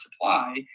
supply